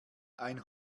ein